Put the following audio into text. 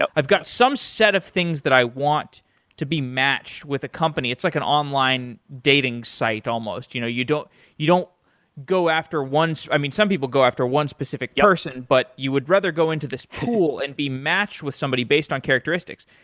i've got some set of things that i want to be matched with a company. it's like an online dating site almost. you know you don't you don't go after one so some people go after one specific person, but you would rather go into this pool and be matched with somebody based on characteristics.